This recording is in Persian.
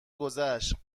گذشت